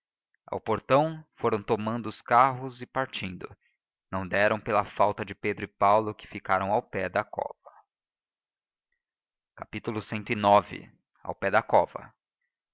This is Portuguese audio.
cambaleava ao portão foram tomando os carros e partindo não deram pela falta de pedro e paulo que ficaram ao pé da cova cix ao pé da cova